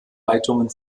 leitungen